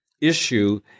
issue